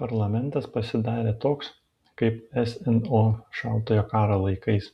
parlamentas pasidarė toks kaip sno šaltojo karo laikais